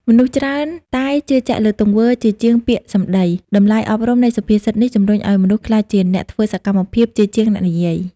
មនុស្សច្រើនតែជឿជាក់លើទង្វើជាជាងពាក្យសម្ដី។ តម្លៃអប់រំនៃសុភាសិតនេះជំរុញឱ្យមនុស្សក្លាយជាអ្នកធ្វើសកម្មភាព ជាជាងអ្នកនិយាយ។